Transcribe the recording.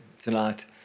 tonight